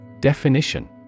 Definition